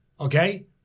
Okay